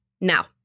Now